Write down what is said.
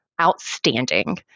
outstanding